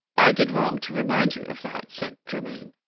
i did wrong to remind you of that, said germain,